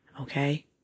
Okay